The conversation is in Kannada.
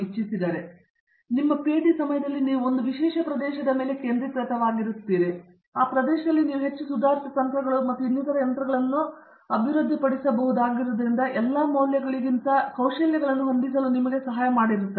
ನಿರ್ಮಲ ನಿಮ್ಮ ಪಿಎಚ್ಡಿ ಸಮಯದಲ್ಲಿ ನೀವು 1 ವಿಶೇಷ ಪ್ರದೇಶದ ಮೇಲೆ ಕೇಂದ್ರೀಕೃತವಾಗಿರುತ್ತಿದ್ದೀರಿ ಮತ್ತು ಈಗ ಆ ಪ್ರದೇಶದಲ್ಲೂ ಸಹ ನೀವು ಹೆಚ್ಚು ಸುಧಾರಿತ ತಂತ್ರಗಳು ಮತ್ತು ಇನ್ನಿತರ ತಂತ್ರಗಳನ್ನು ಅಭಿವೃದ್ಧಿಪಡಿಸಬಹುದಾಗಿರುವುದರಿಂದ ನೀವು ಎಲ್ಲಾ ಮೌಲ್ಯಗಳಿಗಿಂತ ಕೌಶಲಗಳನ್ನು ಹೊಂದಿಸಲು ನಿಮಗೆ ಸಹಾಯ ಮಾಡುತ್ತದೆ